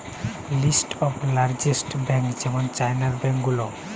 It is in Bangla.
লিস্ট অফ লার্জেস্ট বেঙ্ক যেমন চাইনার ব্যাঙ্ক গুলা